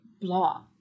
Blah